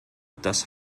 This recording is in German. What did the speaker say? das